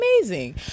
amazing